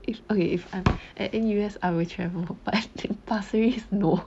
it's okay if I'm at N_U_S I will travel pas~ in pasir ris no